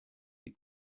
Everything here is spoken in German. die